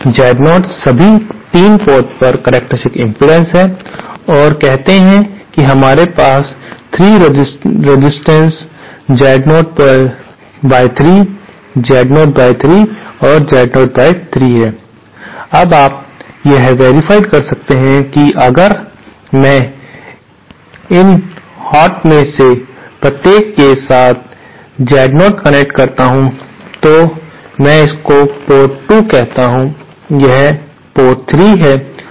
कहो Z0 सभी 3 port पर करक्टेरिस्टिक्स इम्पीडेन्स है और कहते हैं कि हमारे पास 3 रेजिस्टेंस Z0 पर 3 Z0 पर 3 और Z0 पर 3 है अब आप यह वेरफाइ कर सकते हैं कि अगर मैं इन हॉट में से प्रत्येक के लिए एक लोड Z0 कनेक्ट करता हूं तो मैं इसको पोर्ट 2 कहता हूं यह पोर्ट 3 है और यह पोर्ट 1 है